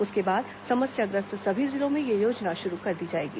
उसके बाद समस्या ग्रस्त सभी जिलों में यह योजना शुरू कर दी जाएगी